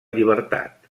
llibertat